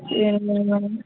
சரிங்க மேடம்